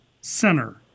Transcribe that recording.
center